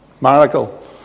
Miracle